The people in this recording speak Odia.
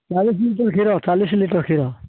ଚାଳିଶ ଲିଟର କ୍ଷୀର ଚାଳିଶ ଲିଟର କ୍ଷୀର